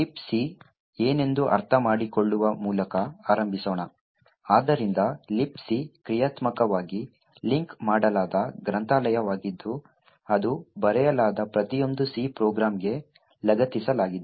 Libc ಏನೆಂದು ಅರ್ಥಮಾಡಿಕೊಳ್ಳುವ ಮೂಲಕ ಆರಂಭಿಸೋಣ ಆದ್ದರಿಂದ Libc ಕ್ರಿಯಾತ್ಮಕವಾಗಿ ಲಿಂಕ್ ಮಾಡಲಾದ ಗ್ರಂಥಾಲಯವಾಗಿದ್ದು ಅದು ಬರೆಯಲಾದ ಪ್ರತಿಯೊಂದು C ಪ್ರೋಗ್ರಾಂಗೆ ಲಗತ್ತಿಸಲಾಗಿದೆ